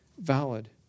valid